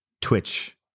Twitch